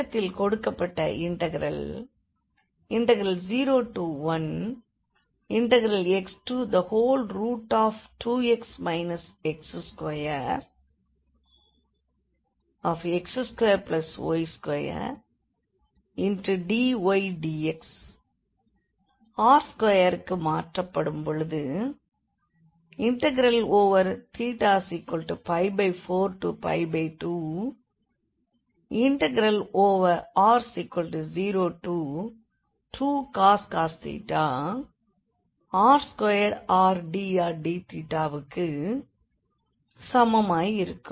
தொடக்கத்தில் கொடுக்கப்பட்ட integral 01x2x x2x2y2dydx r2க்கு மாற்றப்படும்போது θ42r02cos r2rdrdθ க்குச் சமமாயிருக்கும்